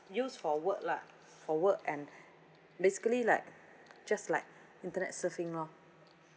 use for work lah for work and basically like just like internet surfing lor